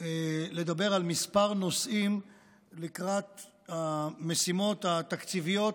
לדבר על כמה נושאים לקראת המשימות התקציביות